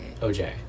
oj